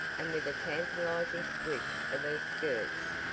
and with a tantalizing swish of her skirts,